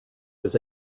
was